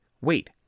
Wait